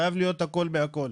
חייב להיות הכל מהכל.